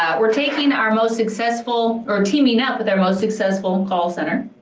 we're taking our most successful, or teaming up with our most successful call center,